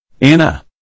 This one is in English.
Anna